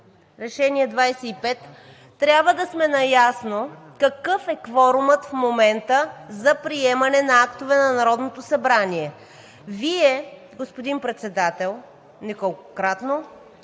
от 1998 г. трябва да сме наясно какъв е кворумът в момента за приемане на актове на Народното събрание. Вие, господин Председател, неколкократно